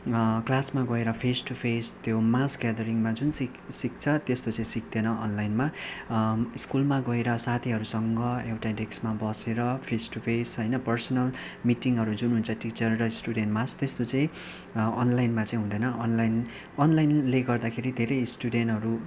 क्लासमा गएर face to face त्यो मास ग्यादरिङमा जुन सिक्छ त्यस्तो चाहिँ सिक्दैन अनलाइनमा स्कुलमा गएर साथीहरूसँग एउटा डेक्समा बसेर फेस टु फेस होइन पर्सनल मीटिङहरू जुन हुन्छ टिचर र स्टुडेन्टमाझ त्यस्तो चाहिँ अनलाइनमा चै हुँदैन अनलाइनले गर्दाखेरि धेरै स्टुडेन्टहरू